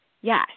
Yes